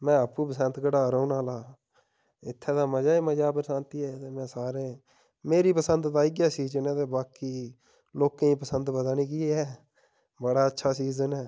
मै आपूं बसंतगढ़ा रौह्ने आह्ला आं इत्थे ते मज़ा ई मज़ा ऐ बरसांती में सारे मेरी पसंद दा इ'यै सीजन ऐ ते बाकी लोकें गी पसंद पता नी केह् ऐ बड़ा अच्छा सीजन ऐ